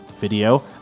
Video